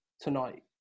tonight